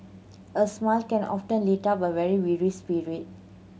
a smile can often lift up a weary spirit